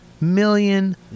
million